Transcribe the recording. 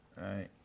Right